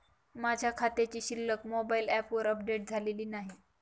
माझ्या खात्याची शिल्लक मोबाइल ॲपवर अपडेट झालेली नाही